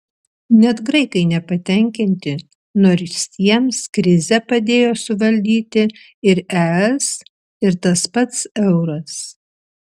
net graikai nepatenkinti nors jiems krizę padėjo suvaldyti ir es ir tas pats euras